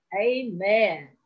Amen